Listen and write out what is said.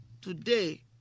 today